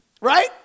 right